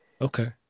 okay